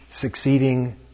succeeding